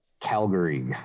Calgary